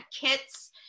kits